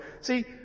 See